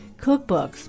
cookbooks